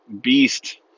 beast